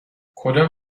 کدام